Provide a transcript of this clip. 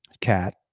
Cat